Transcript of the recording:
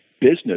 business